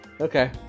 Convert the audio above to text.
okay